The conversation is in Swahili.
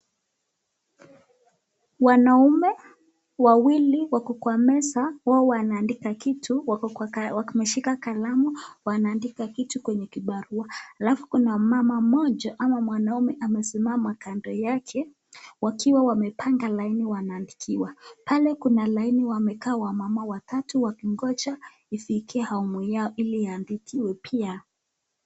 Wanaume wawili wako kwa meza. Wao wanaandika kitu, wameshika kalamu wanaandika kitu kwenye kibarua. Alafu kuna mama mmoja ama mwanaume amesimama kando yake wakiwa wamepanga laini wanaandikiwa. Pale kuna laini wamekaa wamama watatu wakingoja ifikie hamu yao ili iandikiwe pia.